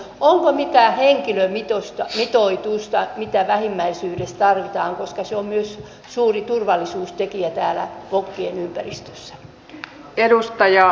onko mitään henkilömitoitusta mitä vähimmillään tarvitaan koska se on myös suuri turvallisuustekijä täällä vokien ympäristössä